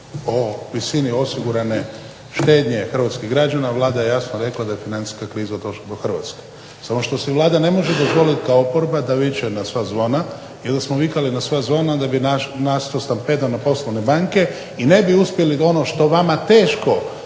o visini osigurane štednje hrvatskih građana Vlada je jasno rekla da je financijska kriza došla do Hrvatske. Samo što si Vlada ne može dozvoliti kao oporba da viče na sva zvona jer da smo vikali na sva zvona onda bi nastao stampedo na poslovne banke i ne bi uspjeli da ono što vama teško